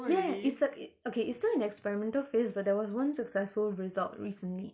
ya it's a it okay it's still an experimental phase but there was one successful result recently